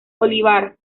olivar